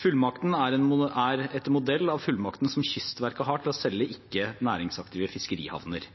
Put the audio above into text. Fullmakten er etter modell av fullmakten som Kystverket har til å selge ikke-næringsaktive fiskerihavner.